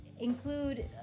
include